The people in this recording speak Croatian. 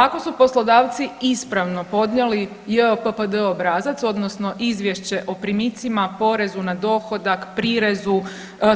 Ako su poslodavci ispravno podnijeli JPPOD obrazac odnosno izvješće o primicima, porezu na dohodak, prirezu,